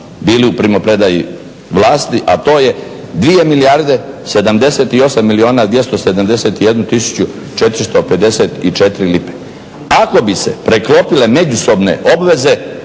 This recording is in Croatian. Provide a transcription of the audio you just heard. bili u primopredaji vlasti, a to je 2 milijarde 78 milijuna 271 tisuću 454 lipe. Ako bi se preklopile međusobne obveze